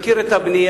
מכיר את הבנייה.